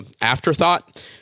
Afterthought